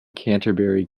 canterbury